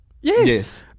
Yes